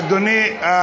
זה